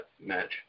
match